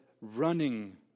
running